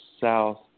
South